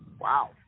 Wow